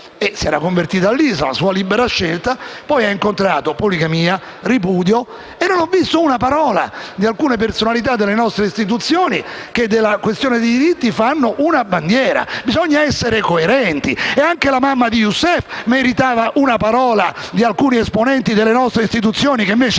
si era convertita all'Islam (sua libera scelta) e poi ha incontrato poligamia e ripudio. Ebbene, non ho sentito nemmeno una parola da parte di alcune personalità delle nostre istituzioni che della questione dei diritti fanno una bandiera. Bisogna essere coerenti e anche la mamma di Youssef meritava una parola da parte di alcuni esponenti delle nostre istituzioni che invece